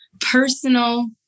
Personal